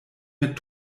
mit